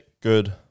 good